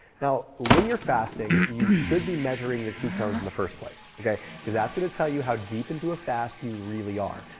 now when you're fasting, you should be measuring your ketones in the first place because that's going to tell you how deep into a fast you really are.